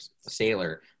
Sailor